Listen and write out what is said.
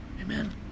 amen